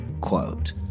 quote